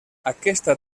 aquesta